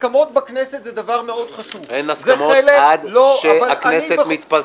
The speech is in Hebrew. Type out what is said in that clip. הסכמות בכנסת זה דבר מאוד חשוב -- אין הסכמות עד שהכנסת מתפזרת.